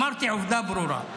אמרתי עובדה ברורה.